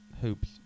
hoops